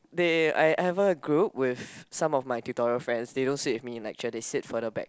they I I have a group with some of my tutorial friends they don't sit with me in lectures they sit further back